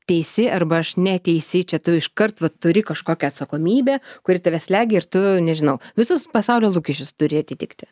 teisi arba aš neteisi čia tu iš kart vat turi kažkokią atsakomybę kuri tave slegia ir tu nežinau visus pasaulio lūkesčius turi atitikti